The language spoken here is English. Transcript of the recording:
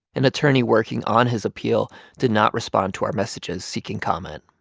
an attorney working on his appeal did not respond to our messages seeking comment.